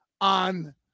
on